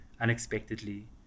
unexpectedly